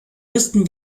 müssten